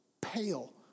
Pale